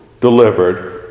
delivered